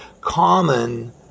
common